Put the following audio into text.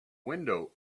window